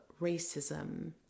racism